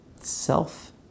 Self